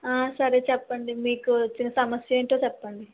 ఆ సరే చెప్పండి మీకు వచ్చిన సమస్య ఏంటో చెప్పండి